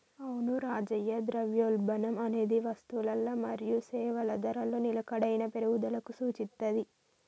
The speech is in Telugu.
అవును రాజయ్య ద్రవ్యోల్బణం అనేది వస్తువులల మరియు సేవల ధరలలో నిలకడైన పెరుగుదలకు సూచిత్తది